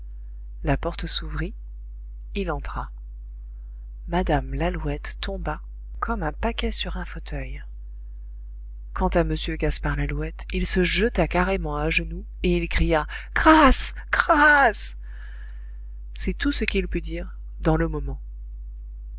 la porte s'ouvrit il entra mme lalouette tomba comme un paquet sur un fauteuil quant à m gaspard lalouette il se jeta carrément à genoux et il cria grâce grâce c'est tout ce qu'il put dire dans le moment